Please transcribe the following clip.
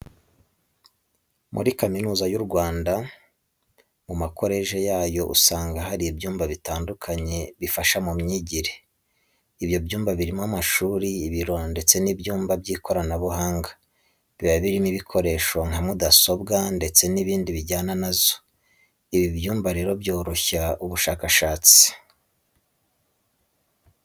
Muri kaminuza y'u Rwanda, ku makoreje yayo usanga hari ibyumba bitandukanye bifasha mu myigire, ibyo byumba birimo amashuri, ibiro ndetse n'ibyumba by'ikoranabuhanga biba birimo ibikoresho nka mudasobwa ndetse n'ibindi bijyana na zo. Ibi byumba rero byoroshya ubushakashatsi.